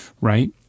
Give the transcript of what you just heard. right